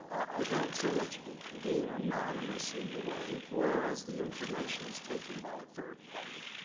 i don't so much mean anonymous in the way, whereas the information is taken by a third party,